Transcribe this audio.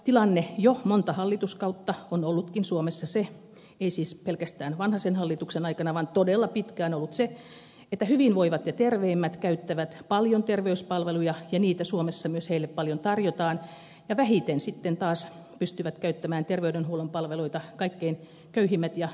tilanne jo monta hallituskautta on ollutkin suomessa se ei siis pelkästään vanhasen hallituksen aikana vaan todella pitkään että hyvinvoivat ja terveimmät käyttävät paljon terveyspalveluja ja niitä suomessa myös heille paljon tarjotaan ja vähiten sitten taas pystyvät käyttämään terveydenhuollon palveluita kaikkein köyhimmät ja sairaimmat